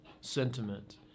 sentiment